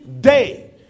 day